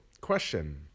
question